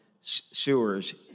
sewers